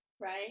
right